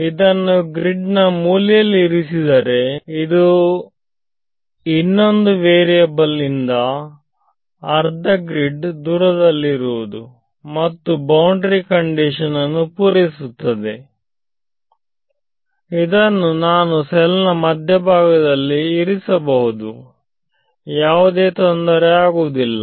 ಇದನ್ನು ಗ್ರಿಡ್ ನ ಮೂಲೆಯಲ್ಲಿ ಇರಿಸಿದರೆ ಇದು ಇನ್ನೊಂದು ವೇರಿಯಬಲ್ ಇಂದ ಅರ್ಧ ಗ್ರಿಡ್ ದೂರದಲ್ಲಿರುವುದು ಮತ್ತು ಬೌಂಡರಿ ಕಂಡೀಷನ್ನು ಪೂರೈಸುತ್ತದೆ ಇದನ್ನು ನಾನು ಸೆಲ್ನ ಮಧ್ಯಭಾಗದಲ್ಲಿ ಇರಿಸಬಹುದು ಯಾವುದೇ ತೊಂದರೆಯಾಗುವುದಿಲ್ಲ